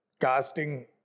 Casting